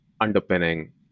underpinning